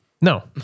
No